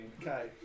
Okay